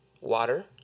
water